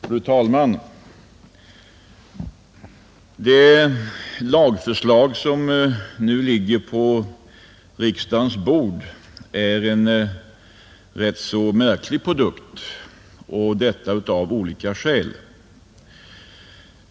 Fru talman! Det lagförslag, som nu ligger på riksdagens bord, är en ganska märklig produkt, och det av olika skäl.